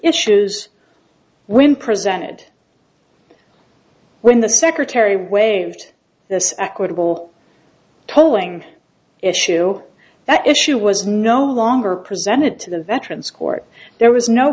issues when presented when the secretary waived this equitable tolling issue that issue was no longer presented to the veterans court there was no